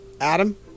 Adam